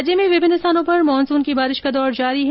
राज्य में विभिन्न स्थानों पर मानसूनी बारिश का दौर जारी है